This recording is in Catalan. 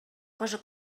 cosa